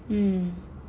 hmm